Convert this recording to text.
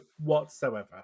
whatsoever